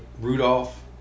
Rudolph